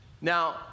Now